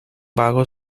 vago